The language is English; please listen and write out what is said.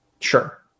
Sure